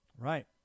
Right